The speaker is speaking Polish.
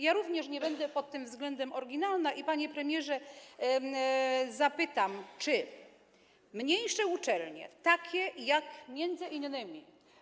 Ja również nie będę pod tym względem oryginalna i zapytam, panie premierze, czy mniejsze uczelnie, takie jak m.in.